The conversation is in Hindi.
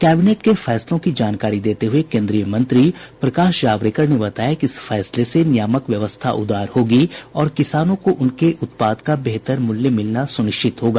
कैबिनेट के फैसलों की जानकारी देते हुए केंद्रीय मंत्री प्रकाश जावडेकर ने बताया कि इस फैसले से नियामक व्यवस्था उदार होगी और किसानों को उनके उत्पाद का बेहतर मूल्य मिलना सुनिश्चित होगा